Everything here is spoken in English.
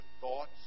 thoughts